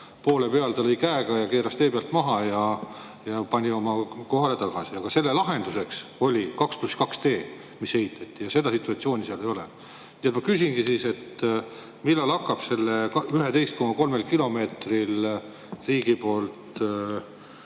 poole peal ta lõi käega, keeras tee pealt maha ja [läks] oma kohale tagasi. Aga selle lahenduseks oli 2 + 2 tee, mis ehitati, ja seda situatsiooni seal [enam] ei ole. Ma küsingi, et millal hakkab sellel 11,3 kilomeetril riigi poolt